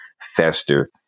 fester